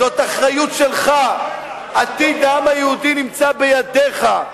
זאת אחריות שלך, עתיד העם היהודי נמצא בידיך.